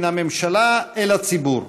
מן הממשלה אל הציבור,